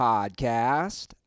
Podcast